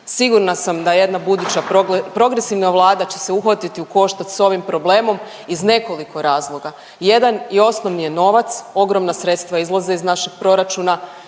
Sigurna sam da jedna buduća progresivna Vlada će se uhvatiti u koštac s ovim problemom iz nekoliko razloga. Jedan i osnovni je novac, ogromna sredstva izlaze iz našeg proračuna,